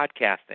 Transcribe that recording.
Podcasting